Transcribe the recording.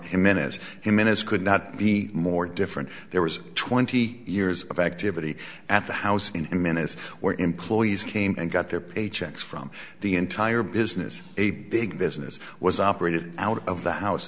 in minutes in minutes could not be more different there was twenty years of activity at the house in mina's where employees came and got their paychecks from the entire business a big business was operated out of the house